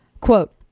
Quote